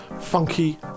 funky